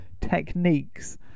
techniques